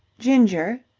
ginger,